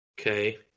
Okay